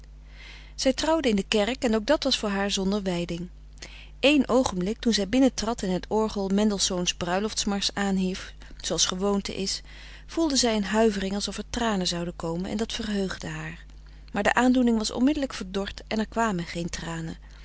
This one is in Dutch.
zij trouwde in de kerk en ook dat was voor haar zonder wijding eén oogenblik toen zij binnentrad en het orgel mendelssohns bruilofts marsch aanhief zooals gewoonte is voelde zij een huivering alsof er tranen zouden komen en dat verheugde haar maar de aandoening was onmiddelijk verdord en er kwamen geen tranen